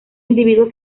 individuos